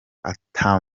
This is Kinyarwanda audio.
ata